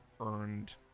earned